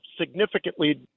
significantly